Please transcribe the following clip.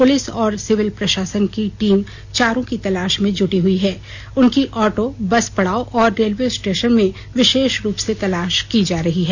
police और civil प्रशासन की टीम चारों की तलाश में जुटी हुई है उनकी ऑटो बस पड़ाव और रेलवे स्टेशन में विशेष रूप से तलाश की जा रही है